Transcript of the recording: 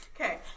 Okay